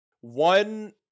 one